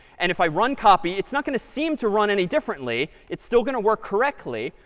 and if i run copy, it's not going to seem to run any differently. it's still going to work correctly.